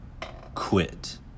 quit